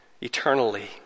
eternally